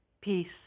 peace